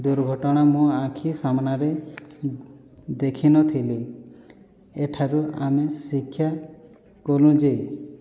ଦୁର୍ଘଟଣା ମୋ ଆଖି ସାମ୍ନାରେ ଦେଖି ନଥିଲି ଏଠାରୁ ଆମେ ଶିକ୍ଷା କଲୁ ଯେ